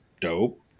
dope